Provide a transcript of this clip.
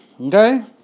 Okay